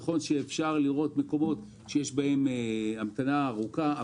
נכון שאפשר לראות מקומות שיש בהם המתנה ארוכה,